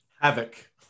Havoc